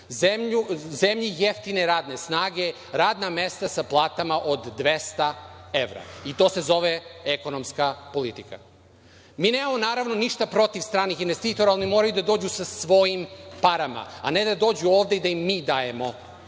zemlji jeftine radne snage, radna mesta sa platama od 200 evra i to se zove ekonomska politika. Mi nemamo naravno ništa protiv stranih investitora, ali oni moraju da dođu sa svojim parama, a ne da dođu ovde da im mi dajemo